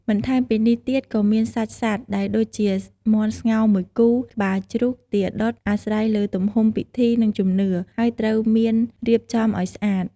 បន្ថែមពីនេះទៀតក៏មានសាច់សត្វដែរ ដូចជា មាន់ស្ងោរមួយគូ ក្បាលជ្រូក ទាដុត អាស្រ័យលើទំហំពិធី និងជំនឿ ហើយត្រូវមានរៀបចំឲ្យស្អាត ។